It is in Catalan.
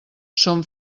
són